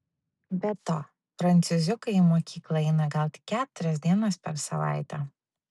be to prancūziukai į mokyklą eina gal tik keturias dienas per savaitę